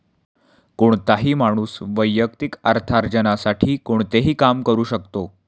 कोणताही माणूस वैयक्तिक अर्थार्जनासाठी कोणतेही काम करू शकतो